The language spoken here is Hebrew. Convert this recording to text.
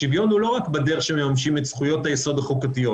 השוויון הוא לא רק בדרך שמממשים את זכויות היסוד החוקתיות.